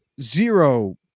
zero